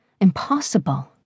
Impossible